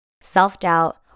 self-doubt